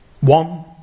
One